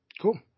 Cool